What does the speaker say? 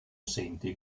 senti